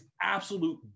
absolute